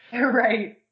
Right